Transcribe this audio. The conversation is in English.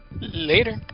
Later